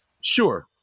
Sure